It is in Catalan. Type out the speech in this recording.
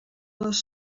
les